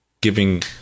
Giving